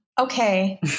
Okay